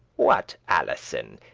what alison,